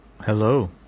Hello